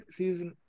season